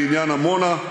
בעניין עמונה,